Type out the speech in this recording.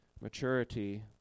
maturity